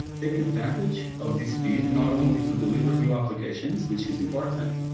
take advantage of the speed, not only to deliver new applications, which is important,